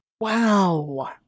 wow